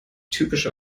typische